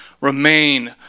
remain